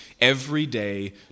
everyday